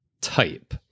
type